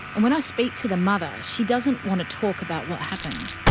and when i speak to the mother, she doesn't want to talk about what happened.